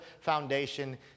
foundation